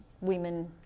women